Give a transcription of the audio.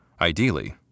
Ideally